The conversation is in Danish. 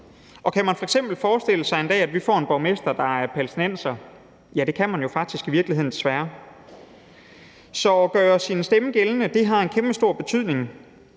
Kan man f.eks. forestille sig, at vi en dag får en borgmester, der er palæstinenser? Ja, det kan man jo faktisk i virkeligheden godt, desværre. Så at gøre sin stemme gældende har en kæmpestor betydning.